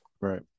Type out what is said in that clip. Right